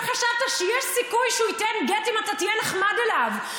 וחשבת שיש סיכוי שהוא ייתן גט אם אתה תהיה נחמד אליו.